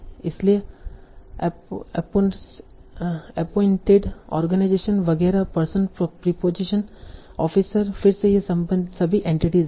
इसलिए appointed organisation वगैरह person preposition office फिर से ये सभी एंटिटीस हैं